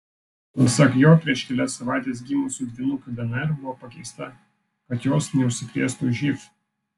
pasak jo prieš kelias savaites gimusių dvynukių dnr buvo pakeista kad jos neužsikrėstų živ